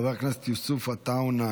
חבר הכנסת יוסף עטאונה,